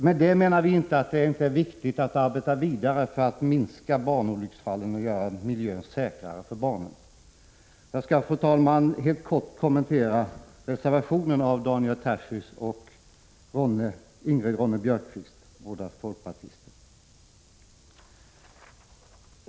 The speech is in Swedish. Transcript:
Med det menar vi inte att det inte är viktigt att arbeta vidare för att minska barnolycksfallen och göra miljön säkrare för barnen. Fru talman! Jag skall helt kort kommentera reservationen av Daniel Tarschys och Ingrid Ronne-Björkqvist, båda folkpartister.